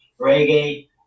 reggae